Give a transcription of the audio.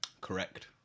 Correct